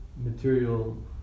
material